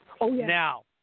Now